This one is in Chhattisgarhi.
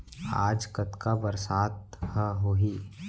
आज कतका बरसात ह होही?